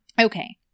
Okay